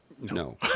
no